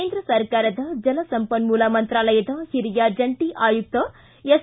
ಕೇಂದ್ರ ಸರ್ಕಾರದ ಜಲಸಂಪನ್ಮೂಲ ಮಂತೂಲಯದ ಹಿರಿಯ ಜಂಟಿ ಆಯುಕ್ತ ಎಸ್